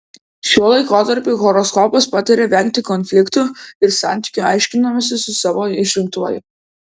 šiuo laikotarpiu horoskopas pataria vengti konfliktų ir santykių aiškinimosi su savo išrinktuoju